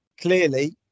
Clearly